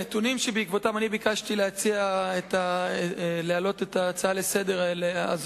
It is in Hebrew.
הנתונים שבעקבותיו ביקשתי להעלות את ההצעה הזו לסדר-היום,